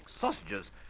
sausages